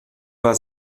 war